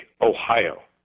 Ohio